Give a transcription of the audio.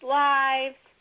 lives